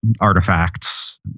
artifacts